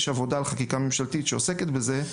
יש עבודה על חקיקה ממשלתית שעוסקת בזה,